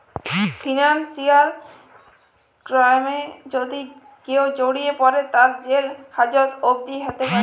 financial ক্রাইমে যদি কেউ জড়িয়ে পরে, তার জেল হাজত অবদি হ্যতে প্যরে